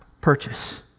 purchase